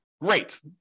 great